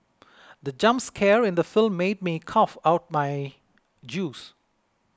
the jump scare in the film made me cough out my juice